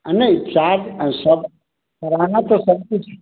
नहीं चार्ज सब कराना तो सब कुछ